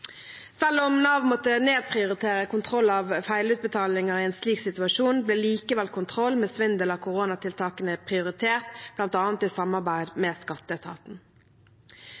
Selv om Nav måtte nedprioritere kontroll av feilutbetalinger i en slik situasjon, ble likevel kontroll med svindel i forbindelse med koronatiltakene prioritert, bl.a. i samarbeid med skatteetaten.